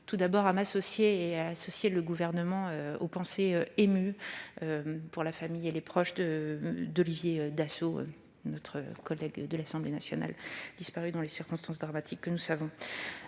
tout d'abord à m'associer et associer le Gouvernement aux pensées émues adressées à la famille et aux proches d'Olivier Dassault, notre collègue de l'Assemblée nationale disparu dans les circonstances dramatiques que nous savons.